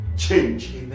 Change